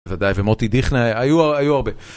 ודאי ומוטי דיכנר, היו הרבה.